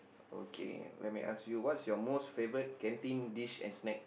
okay let me ask you what's your most favourite canteen dish and snack